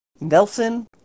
Nelson